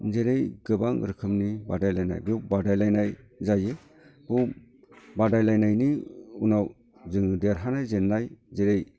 जेरै गोबां रोखोमनि बादायलायनाय बेयाव बादायलायनाय जायो बादायलायनायनि उनाव जों देरहानाय जेननाय जेरै